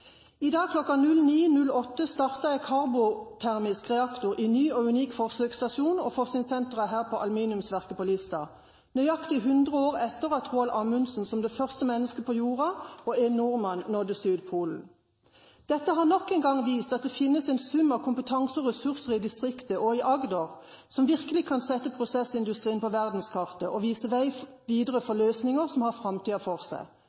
dag kl 09.08 startet jeg Karbotermisk reaktor i en ny og unik forsøksstasjon og forskningssenter her på aluminiumsverket på Lista, nøyaktig 100 år etter at Roald Ammundsen som det første mennesket på Jorden og en Normann, nådde Sydpolen! Dette har nok en gang vist at det finnes en sum av kompetanse og ressurser i distriktet og i Agder som virkelig kan sette prosess industrien på verdenskartet og vise vei videre for løsninger som har fremtiden for seg.»